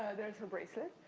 there's her bracelet.